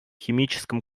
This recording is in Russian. химическом